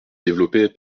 développée